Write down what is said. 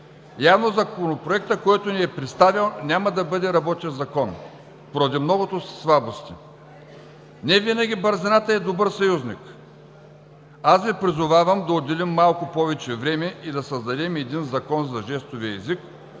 Явно Законопроектът, който ни е представен, няма да бъде работещ Закон, поради многото слабости. Невинаги бързината е добър съюзник. Аз Ви призовавам да отделим малко повече време и да създадем един Закон за жестовия език,